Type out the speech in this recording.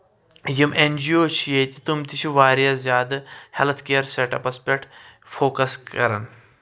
یِم این جیوز چھِ ییٚتہِ تٔمۍ تہِ چھِ واریاہ زیادٕ ہیٚلٕتھ کِیر سیٹ اَپس پؠٹھ فوکس کران